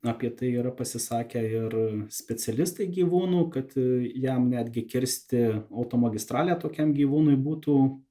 apie tai yra pasisakę ir specialistai gyvūnų kad jam netgi kirsti automagistralę tokiam gyvūnui būtų